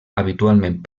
habitualment